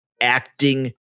acting